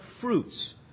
fruits